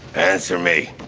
answer me